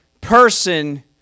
person